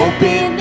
Open